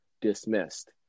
dismissed